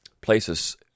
Places